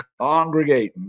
congregating